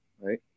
right